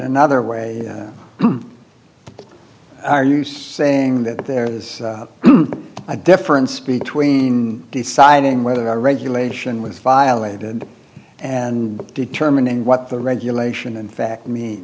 another way are you saying that there is a difference between deciding whether the regulation was violated and determining what the regulation in fact me